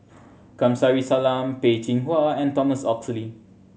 Kamsari Salam Peh Chin Hua and Thomas Oxley